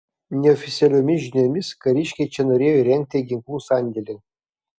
neoficialiomis žiniomis kariškiai čia norėjo įrengti ginklų sandėlį